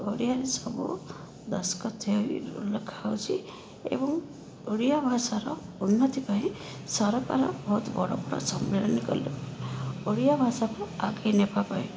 ଓଡ଼ିଆରେ ସବୁ ଦସଖତ ହେଇ ଲେଖା ହେଉଛି ଏବଂ ଓଡ଼ିଆ ଭାଷାର ଉନ୍ନତି ପାଇଁ ସରକାର ବହୁତ ବଡ଼ ବଡ଼ ସମ୍ମିଳନୀ କଲେଣି ଓଡ଼ିଆ ଭାଷାକୁ ଆଗେଇ ନେବା ପାଇଁ